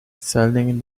selling